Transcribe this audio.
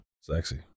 Sexy